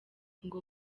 ngo